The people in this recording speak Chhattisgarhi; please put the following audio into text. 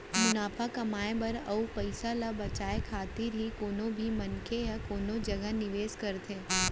मुनाफा कमाए बर अउ पइसा ल बचाए खातिर ही कोनो भी मनसे ह कोनो जगा निवेस करथे